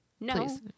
no